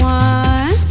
one